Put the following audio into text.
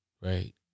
right